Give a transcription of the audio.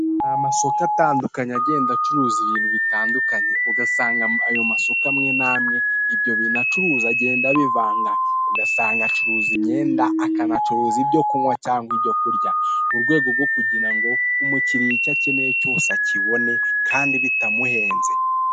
Hari amasoko atandukanye agenda acuruza ibintu bitandukanye. Ugasanga ayo masoko amwe namwe ibyo bintu acuruza agenda abivanga. ugasanga acuruza imyenda akanacuruza ibyo kunnywa cyangwa ibyo kurya, murwego rwokugira ngo umukiriya icyo akeneye cyose akibone kandi bitamuhenze.